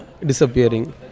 disappearing